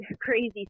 crazy